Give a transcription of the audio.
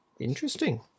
Interesting